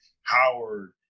Howard